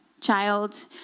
child